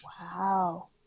Wow